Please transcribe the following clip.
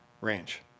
range